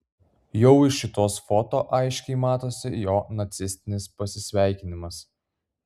jau iš šitos foto aiškiai matosi jo nacistinis pasisveikinimas